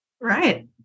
Right